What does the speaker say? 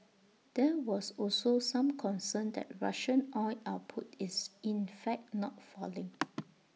there was also some concern that Russian oil output is in fact not falling